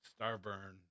Starburn